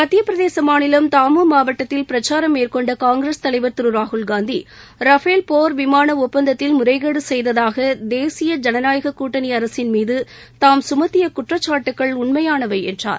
மத்திய பிரதேச மாநிலம் தாமோ மாவட்டத்தில் பிரச்சாரம் மேற்கொண்ட காங்கிரஸ் தலைவர் திரு ராகுல்காந்தி ரஃபேல் போர் விமான ஒப்பந்தத்தில் முறைகேடு செய்ததாக தேசிய ஜனநாயக கூட்டணி அரசின் மீது தாம் கமத்திய குற்றச்சாட்டுகள் உண்மையானவை என்றார்